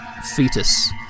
fetus